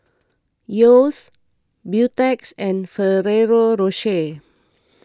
Yeo's Beautex and Ferrero Rocher